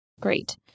Great